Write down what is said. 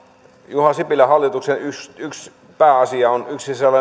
juha sipilän hallituksen yksi pääasia yksi sellainen kärkihankeidea on se